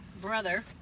brother